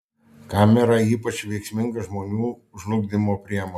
kamera ypač veiksminga žmonių žlugdymo priemonė